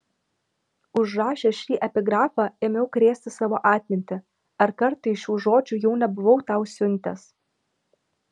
užrašęs šį epigrafą ėmiau krėsti savo atmintį ar kartais šių žodžių jau nebuvau tau siuntęs